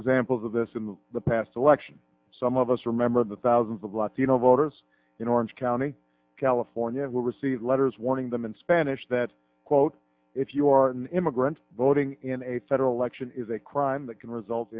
examples of this in the past election some of us remember the thousands of latino voters in orange county california who received letters warning them in spanish that quote if you are an immigrant voting in a federal election is a crime that can result